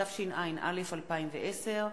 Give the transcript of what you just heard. התשע"א 2010,